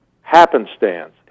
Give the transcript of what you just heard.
happenstance